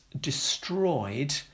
destroyed